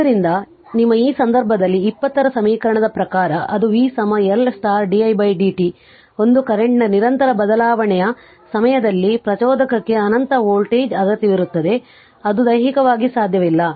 ಆದ್ದರಿಂದ ನಿಮ್ಮ ಈ ಸಂದರ್ಭದಲ್ಲಿ 20 ರ ಸಮೀಕರಣದ ಪ್ರಕಾರ ಅದು v L di dt ಒಂದು ಕರೆಂಟ್ನ ನಿರಂತರ ಬದಲಾವಣೆಯ ಸಮಯದಲ್ಲಿ ಪ್ರಚೋದಕಕ್ಕೆ ಅನಂತ ವೋಲ್ಟೇಜ್ ಅಗತ್ಯವಿರುತ್ತದೆ ಅದು ದೈಹಿಕವಾಗಿ ಸಾಧ್ಯವಿಲ್ಲ